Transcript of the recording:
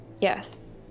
Yes